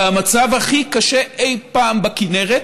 זה המצב הכי קשה אי-פעם בכינרת